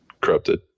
Corrupted